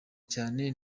cyane